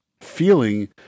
feeling